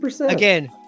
again